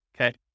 okay